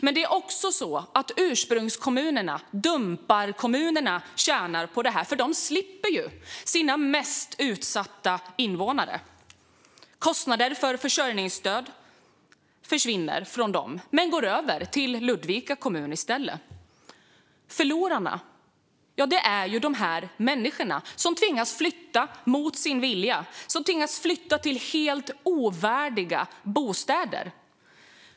Men det är också så att ursprungskommunerna, dumparkommunerna, tjänar på detta, för de slipper ju sina mest utsatta invånare. Kostnader för försörjningsstöd försvinner från dem men går över till Ludvika kommun i stället. Förlorarna är de människor som tvingas flytta mot sin vilja till helt ovärdiga bostäder.